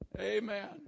Amen